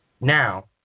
now